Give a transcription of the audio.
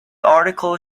article